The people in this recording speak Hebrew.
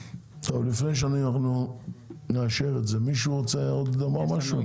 לפני שאנחנו נאשר את זה מישהו רוצה עוד לומר משהו?